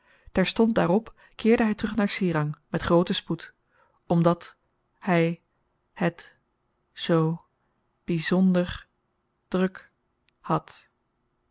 terstond daarop keerde hy terug naar serang met grooten spoed omdat hy het zoo by zonder druk had